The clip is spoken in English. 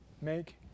make